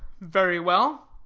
very well.